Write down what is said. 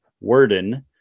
Worden